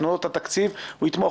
תנו לו את התקציב הוא יתמוך.